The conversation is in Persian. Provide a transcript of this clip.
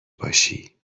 باشی